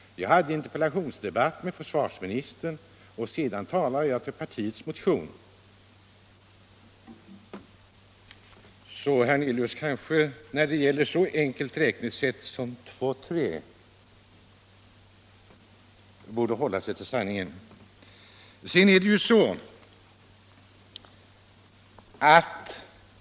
Jag hade en interpellationsdebatt med försvarsministern, och sedan talade jag för parviets. motion. Herr Hernelius kanske borde hålla sig till sanningen när det gäller så enkel matematik som att räkna till tre.